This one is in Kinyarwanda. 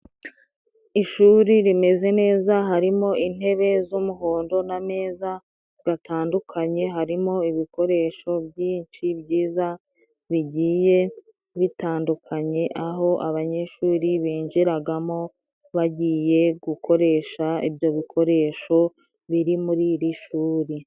Ishuri rimeze neza, harimo intebe z'umuhondo n'ameza gatandukanye, harimo ibikoresho byinshi byiza bigiye bitandukanye. Aho abanyeshuri binjiragamo bagiye gukoresha ibyo bikoresho biri muri iri shuri.